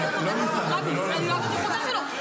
היום יום הרצח של רבין, אני לובשת חולצה שלו.